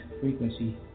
frequency